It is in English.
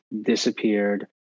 disappeared